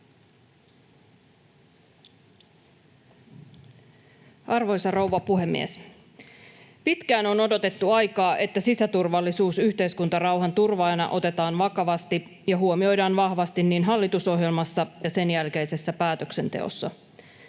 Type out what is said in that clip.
Arvoisa rouva puhemies! Pitkään on odotettu aikaa, että sisäturvallisuus yhteiskuntarauhan turvaajana otetaan vakavasti ja huomioidaan vahvasti niin hallitusohjelmassa kuin sen jälkeisessä päätöksenteossa.